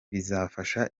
bizafasha